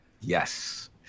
Yes